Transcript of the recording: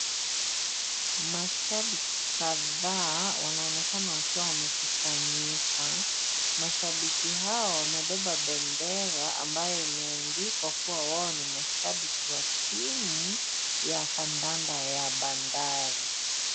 Mashabiki kadhaa, wanaonekana wakiwa wamekusanyika. Mashabiki hawa, wamebeba bendera ambayo imeandikwa kuwa, wao ni mashabiki wa timu ya kandanda ya Bandari.